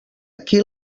aquí